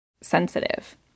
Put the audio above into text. sensitive